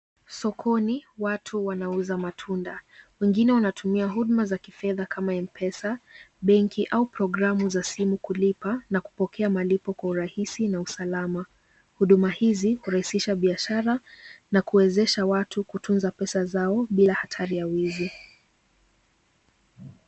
Sokoni watu wanauza matunda, wengine wanatumia huduma za kifedha kama Mpesa, benki au programu za simu kulipa na kupokea malipo kwa urahisi na usalama, huduma hizi hurahisisha biashara na kuwezesha watu kutunza pesa zao bila hatari ya wizi.